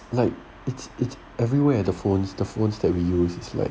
like it's it's everywhere the phones the phones that we use is like